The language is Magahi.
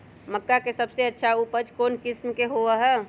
मक्का के सबसे अच्छा उपज कौन किस्म के होअ ह?